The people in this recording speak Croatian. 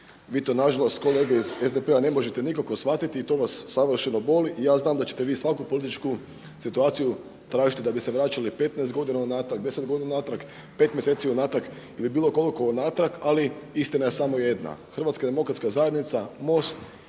Vi to nažalost kolege iz SDP-a ne možete nikako shvatiti i to vas savršeno boli i ja znam da ćete vi svaku politiku situaciju tražiti da bi se vraćali 15 godina unatrag, 10 godina unatrag, 5 mjeseci unatrag ili bilo koliko unatrag, ali istina je samo jedna, HDZ, MOST i politički akteri u ovom